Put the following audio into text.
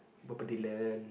Bob Dylan